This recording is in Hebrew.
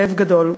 כאב גדול.